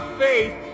faith